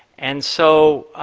and so